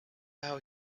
how